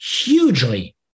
hugely